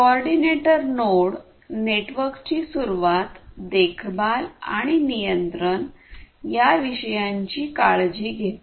coordinator node नेटवर्कची सुरूवात देखभाल आणि नियंत्रण या विषयांची काळजी घेतो